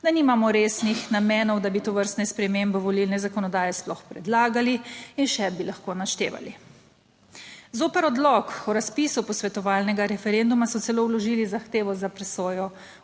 Da nimamo resnih namenov, da bi tovrstne spremembe volilne zakonodaje sploh predlagali in še bi lahko naštevali. Zoper Odlok o razpisu posvetovalnega referenduma so celo vložili zahtevo za presojo